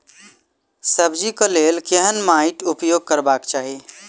सब्जी कऽ लेल केहन माटि उपयोग करबाक चाहि?